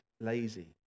lazy